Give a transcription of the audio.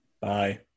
Bye